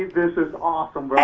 this is awesome, bro.